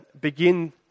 begin